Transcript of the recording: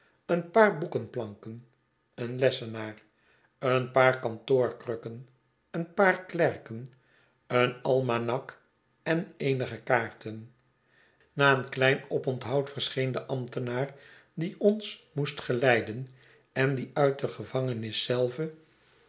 een paar boekenplanken een lessenaar een paar kantoorkrukken een paar klerken een almanak en eenige kaarten na een klein oponthoud verscheen de ambtenaar die ons moestgeleiden en die uit de gevangenis zelve